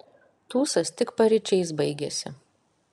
tūsas tik paryčiais baigėsi